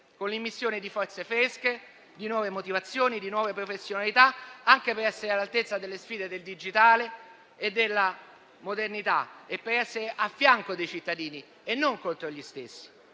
con l'immissione di forze fresche, di nuove motivazioni e nuove professionalità, anche per essere all'altezza delle sfide del digitale e della modernità e per essere al fianco dei cittadini e non contro gli stessi.